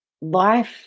life